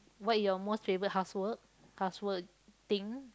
what are your most favourite housework housework thing